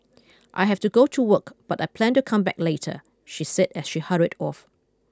I have to go to work but I plan to come back later she said as she hurried off